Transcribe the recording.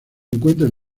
encuentran